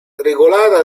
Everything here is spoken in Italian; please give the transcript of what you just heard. regolata